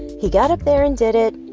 he got up there and did it.